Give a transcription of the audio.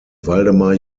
waldemar